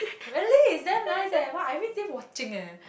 really it's damn nice eh !wah! I everyday watching eh